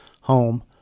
home